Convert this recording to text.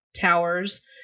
towers